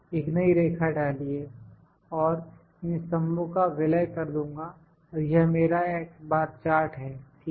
एक नई रेखा डालिए और मैं इन स्तंभों का विलय कर दूँगा और यह मेरा x बार चार्ट है ठीक है